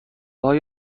های